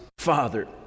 father